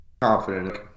confident